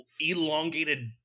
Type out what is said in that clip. elongated